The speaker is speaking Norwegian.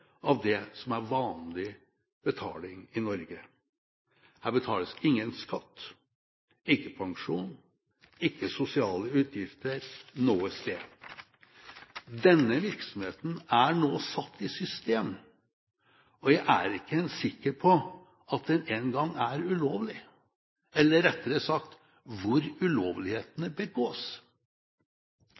av det som er vanlig betaling i Norge. Her betales ingen skatt, ikke pensjon, ikke sosiale utgifter, noe sted. Denne virksomheten er nå satt i system, og jeg er ikke sikker på at den engang er ulovlig eller – rettere sagt – hvor ulovlighetene